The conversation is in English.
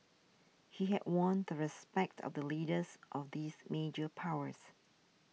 he had won the respect of the leaders of these major powers